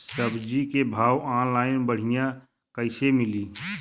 सब्जी के भाव ऑनलाइन बढ़ियां कइसे मिली?